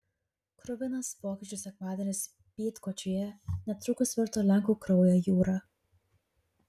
kruvinas vokiečių sekmadienis bydgoščiuje netrukus virto lenkų kraujo jūra